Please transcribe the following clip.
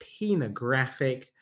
penographic